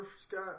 Scott